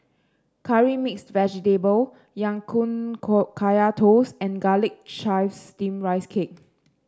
Curry Mixed Vegetable Ya Kun Kaya Toast and Garlic Chives Steamed Rice Cake